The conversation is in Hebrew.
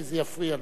כי זה יפריע לו.